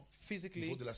Physically